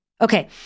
Okay